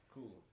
Cool